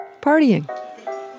partying